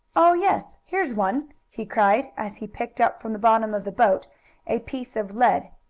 oh, yes, here's one! he cried, as he picked up from the bottom of the boat a piece of lead.